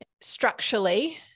structurally